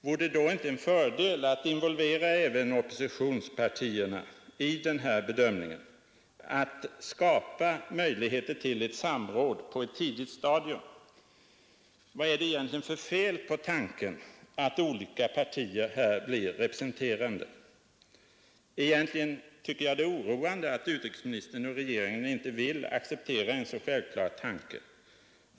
Vore det inte då en fördel att involvera även oppositionspartierna i den här bedömingen, att skapa möjligheter till ett samråd på ett tidigt stadium? Vad är det för fel på tanken att olika partier här blir representerade? Egentligen tycker jag det är oroande att utrikesministern och regeringen inte vill acceptera ett så självklart förslag.